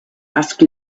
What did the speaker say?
asked